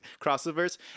crossovers